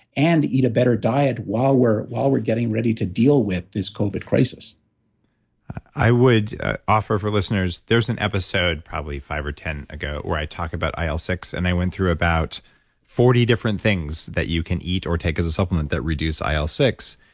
and eat a better diet while we're while we're getting ready to deal with this covid crisis i would offer for listeners, there's an episode, probably five or ten ago, where i talk about il ah six, and i went through about forty different things that you can eat or take as a supplement that reduce il ah six,